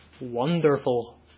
wonderful